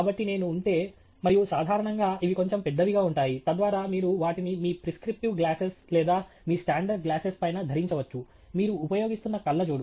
కాబట్టి నేను ఉంటే మరియు సాధారణంగా ఇవి కొంచెం పెద్దవిగా ఉంటాయి తద్వారా మీరు వాటిని మీ ప్రిస్క్రిప్షన్ గ్లాసెస్ లేదా మీ స్టాండర్డ్ గ్లాసెస్ పైన ధరించవచ్చు మీరు ఉపయోగిస్తున్న కళ్ళజోడు